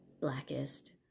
blackest